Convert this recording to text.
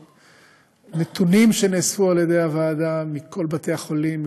נתונים שנאספו על ידי הוועדה מכל בתי-החולים,